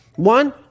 One